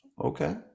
Okay